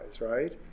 right